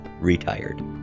Retired